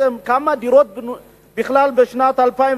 כמה דירות בכלל נבנו בשנת 2010,